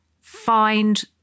find